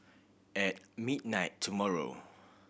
at midnight tomorrow